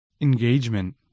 engagement